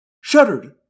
shuddered